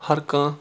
ہر کانٛہہ